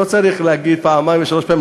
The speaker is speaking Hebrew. לא צריך להגיד פעמיים ושלוש פעמים,